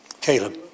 Caleb